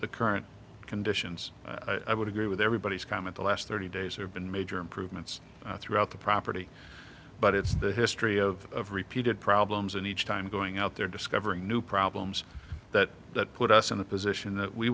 the current conditions i would agree with everybody's comment the last thirty days have been major improvements throughout the property but it's the history of repeated problems and each time going out there discovering new problems that that put us in the position that we